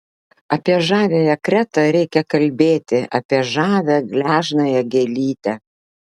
apie žaviąją kretą reikia kalbėti apie žavią gležnąją gėlytę